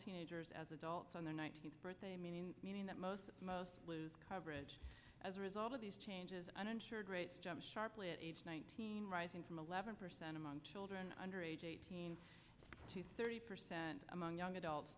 teenagers as adults on the nineteenth birthday meaning meaning that most most lose coverage as a result of these changes uninsured rates sharply at age nineteen rising from eleven percent among children under age eighteen to thirty percent among young adults